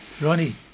Ronnie